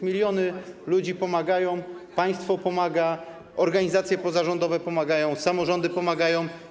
Miliony ludzi pomagają, państwo pomaga, organizacje pozarządowe pomagają i samorządy pomagają.